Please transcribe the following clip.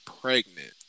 pregnant